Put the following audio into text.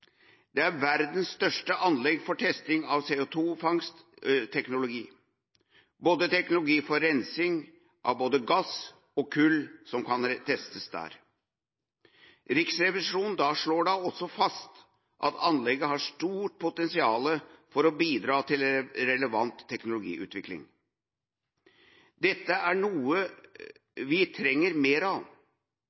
Det er verdens største anlegg for testing av CO2-fangstteknologi; teknologi for rensing av både gass og kull kan testes der. Riksrevisjonen slår da også fast at anlegget har stort potensial for å bidra til relevant teknologiutvikling. Dette er noe vi trenger mer av.